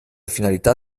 finalità